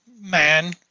man